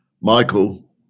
Michael